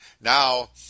now